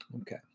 okay